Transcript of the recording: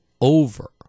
over